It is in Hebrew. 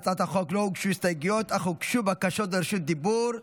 להצעת החוק לא הוגשו הסתייגויות אך הוגשו בקשות לרשות דיבור.